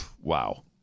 Wow